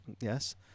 Yes